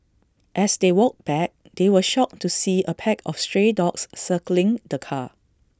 as they walked back they were shocked to see A pack of stray dogs circling the car